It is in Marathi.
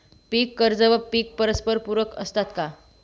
पीक कर्ज व विमा परस्परपूरक असतात का?